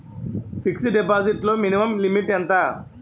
Fixed deposit లో minimum limit ఎంత?